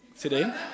today